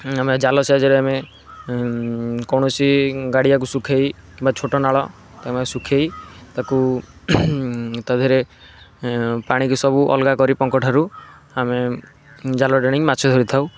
ଆମେ ଜାଲ ସାହାଯ୍ୟରେ ଆମେ କୌଣସି ଗାଡ଼ିଆକୁ ଶୁଖାଇ କିମ୍ବା ଛୋଟନାଳ ଶୁଖାଇ ତାକୁ ତା ଦେହରେ ପାଣିକି ସବୁ ଅଲଗା କରି ପଙ୍କଠାରୁ ଆମେ ଜାଲ ଟାଣିକି ମାଛ ଧରିଥାଉ